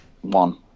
one